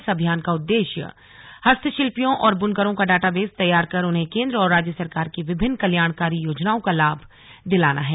इस अभियान का उद्देश्य हस्तशिल्पियों और बुनकरों का डाटाबेस तैयार कर उन्हें केन्द्र और राज्य सरकार की विभिन्न कल्याणकारी योजनाओं का लाभ दिलाना है